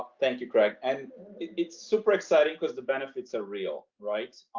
thank you, craig. and it's super exciting because the benefits are real, right.